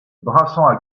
brasañ